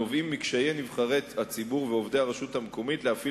הנובעים מקשיי נבחרי הציבור ועובדי הרשות המקומית להפעיל